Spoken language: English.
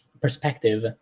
perspective